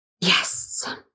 Yes